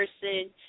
person